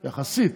יחסית.